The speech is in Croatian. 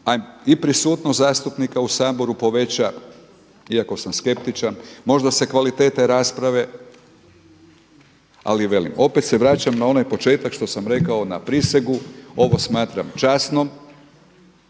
i prisutnost zastupnika u Saboru poveća, iako sam skeptičan, možda se i kvaliteta rasprave. Ali velim, opet se vraćam na onaj početak što sam rekao na prisegu, ovo smatram časnom